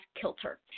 kilter